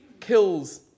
kills